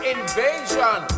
Invasion